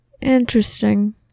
Interesting